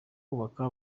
kubaka